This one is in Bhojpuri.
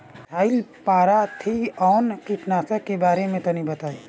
मिथाइल पाराथीऑन कीटनाशक के बारे में तनि बताई?